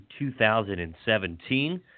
2017